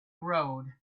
road